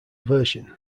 version